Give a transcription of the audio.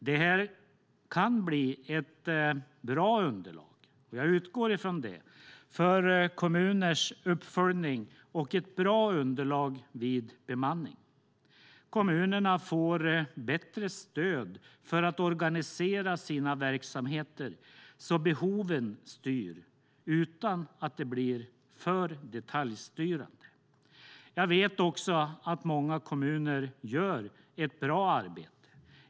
Detta kan bli ett bra underlag - jag utgår från det - för kommuners uppföljning och ett bra underlag vid bemanning. Kommunerna får bättre stöd för att organisera sina verksamheter så att behoven styr, utan att det blir för detaljstyrande. Jag vet också att många kommuner gör ett bra arbete.